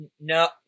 no